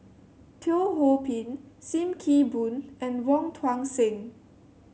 Teo Ho Pin Sim Kee Boon and Wong Tuang Seng